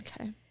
Okay